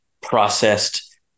processed